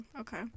Okay